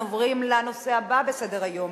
אנחנו עוברים לנושא הבא בסדר-היום,